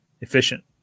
efficient